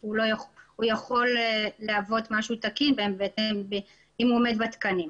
הוא יכול להוות משהו תקין אם הוא עומד בתקנים.